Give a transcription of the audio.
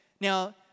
now